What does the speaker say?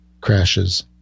crashes